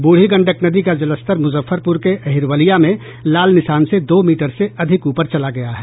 बूढ़ी गंडक नदी का जलस्तर मुजफ्फरपुर के अहिरवलिया में लाल निशान से दो मीटर से अधिक ऊपर चला गया है